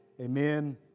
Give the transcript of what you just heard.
Amen